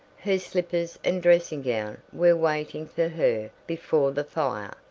her slippers and dressing gown were waiting for her before the fire.